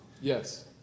Yes